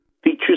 Features